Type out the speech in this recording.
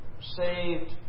saved